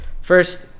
first